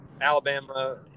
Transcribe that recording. Alabama